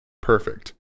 perfect